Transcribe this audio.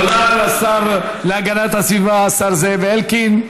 תודה לשר להגנת הסביבה, השר זאב אלקין.